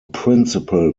principal